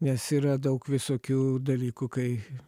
nes yra daug visokių dalykų kai